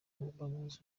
bawuzi